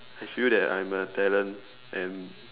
I feel that I'm a talent and